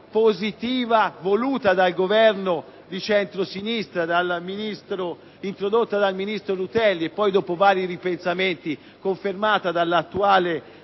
positiva voluta dal Governo di centrosinistra, introdotta dal ministro Rutelli e poi, dopo vari ripensamenti, confermata dell'attuale